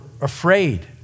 afraid